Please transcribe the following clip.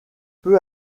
peu